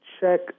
check